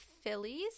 phillies